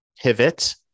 pivot